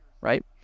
right